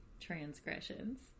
transgressions